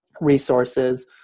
resources